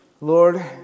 Lord